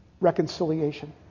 reconciliation